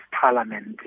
parliament